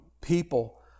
people